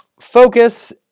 focus